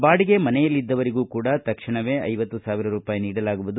ಬಾಡಿಗೆ ಮನೆಯಲ್ಲಿದ್ದವರಿಗೂ ಕೂಡ ತಕ್ಷಣವೇ ಐವತ್ತು ಸಾವಿರ ರೂಪಾಯಿ ನೀಡಲಾಗುವುದು